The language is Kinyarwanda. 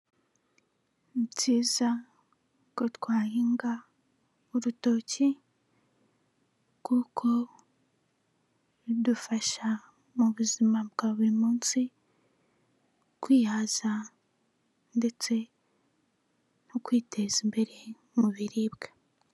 Ni byiza ko twahinga urutoki kuko bidufasha mu buzima bwa buri munsi, kwihaza ndetse no kwiteza imbere mu biribwa.